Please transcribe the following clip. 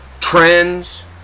trends